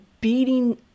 beating